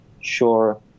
sure